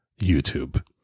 YouTube